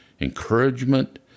encouragement